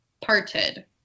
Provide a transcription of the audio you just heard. Parted